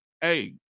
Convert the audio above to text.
Hey